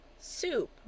Soup